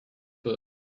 book